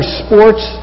sports